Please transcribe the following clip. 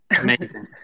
amazing